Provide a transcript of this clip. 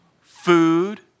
food